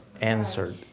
Answered